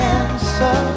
answer